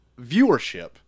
viewership